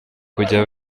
kujya